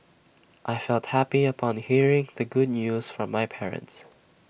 I felt happy upon hearing the good news from my parents